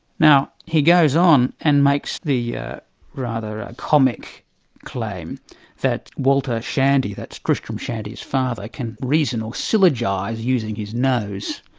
now, he goes on and makes the yeah rather ah comic claim that walter shandy, that's tristram shandy's father, can reason or syllogise, using his nose.